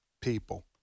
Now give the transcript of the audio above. people